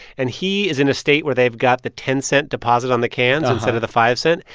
and he is in a state where they've got the ten cent deposit on the cans instead of the five cent.